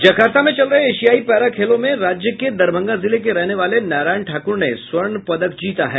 Jakarta में चल रहे एशियाई पैरा खेलों में राज्य के दरभंगा जिले के रहने वाले नारायण ठाक्र ने स्वर्ण पदक जीता है